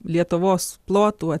lietuvos plotų